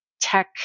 tech